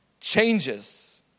changes